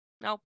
Nope